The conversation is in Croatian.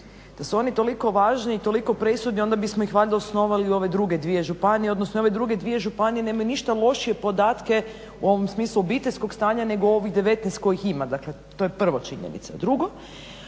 Da su oni toliko važni i toliko presudni onda bismo ih valjda osnovali i u ove druge dvije županije, odnosno ove druge dvije županije nemaju ništa lošije podatke u ovom smislu obiteljskog stanja nego ovih 19 kojih ima. Dakle, to je prva činjenica. U